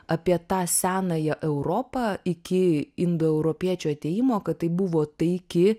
apie tą senąją europą iki indoeuropiečių atėjimo kad tai buvo taiki